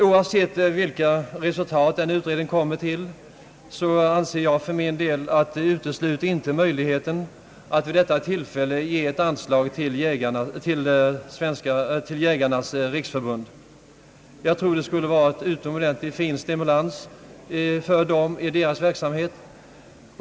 Oavsett vilka resultat den utredningen kommer till, anser jag för min del att det inte utesluter möjligheten att vid detta tillfälle ge ett anslag till Jägarnas riksförbund. Jag tror att det skulle innebära en utomordentligt fin stimulans för dem i deras verksamhet.